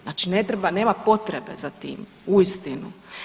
Znači ne treba, nema potrebe za tim uistinu.